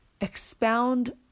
expound